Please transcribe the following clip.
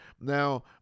Now